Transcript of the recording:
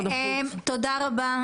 תודה רבה.